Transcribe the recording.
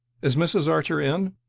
is mrs. archer in?